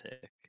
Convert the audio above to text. pick